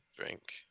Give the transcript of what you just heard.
drink